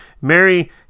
Mary